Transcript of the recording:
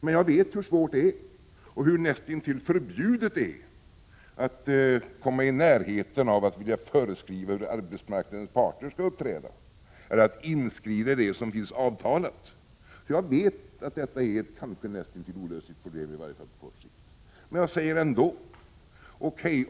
Men jag vet hur svårt det är, hur näst intill förbjudet det är att komma i närheten av att vilja föreskriva hur arbetsmarknadens parter skall uppträda eller att inskrida i det som finns avtalat. Jag vet att detta är ett näst intill olösligt problem, i varje fall på kort sikt. Men jag säger ändå: O.K.